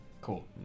Cool